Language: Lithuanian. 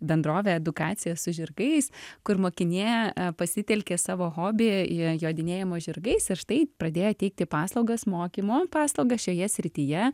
bendrovę edukacija su žirgais kur mokinė pasitelkė savo hobį jodinėjimo žirgais ir štai pradėjo teikti paslaugas mokymo paslaugas šioje srityje